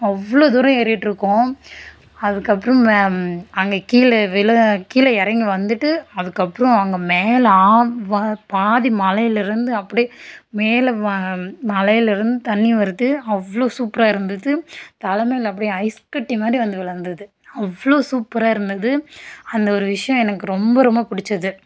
அவ்வளோ தூரம் ஏறிட்டுருக்கோம் அதற்கப்றம் அங்கே கீழே விழ கீழே இறங்கி வந்துவிட்டு அதற்கப்றம் அங்கே மேலே ஆ வா பாதி மலையிலருந்து அப்படியே மேலே ம மலையிலருந்து தண்ணி வருது அவ்வளோ சூப்பராக இருந்துது தலை மேலே அப்படியே ஐஸ் கட்டி மாரி வந்து விழுந்துது அவ்வளோ சூப்பராக இருந்துது அந்த ஒரு விஷயம் எனக்கு ரொம்ப ரொம்ப பிடிச்சது